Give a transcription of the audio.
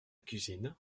cuisine